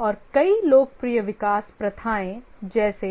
और कई लोकप्रिय विकास प्रथाएं जैसे